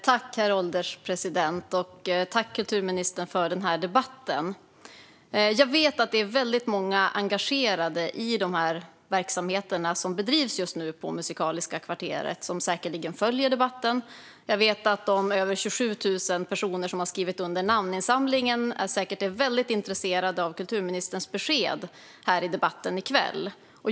Herr ålderspresident! Jag tackar kulturministern för debatten. Jag vet att många är engagerade i verksamheterna som bedrivs just nu på Musikaliska kvarteret, som säkerligen följer debatten. Jag vet att de över 27 000 personer som har skrivit under namninsamlingen säkert är mycket intresserade av kulturministerns besked i debatten i kväll.